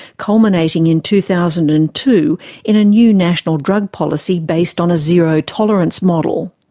culminating in two thousand and two in a new national drug policy based on a zero tolerance model.